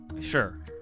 Sure